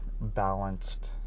balanced